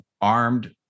armed